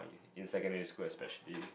in secondary school especially